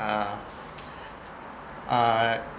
uh uh